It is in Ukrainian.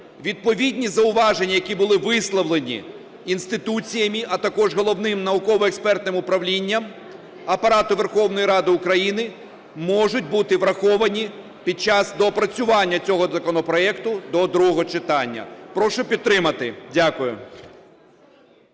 Відповідні зауваження, які були висловлені інституціями, а також Головним науково-експертним управлінням Апарату Верховної Ради України можуть бути враховані під час доопрацювання цього законопроекту до другого читання. Прошу підтримати. Дякую.